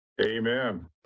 Amen